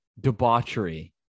Debauchery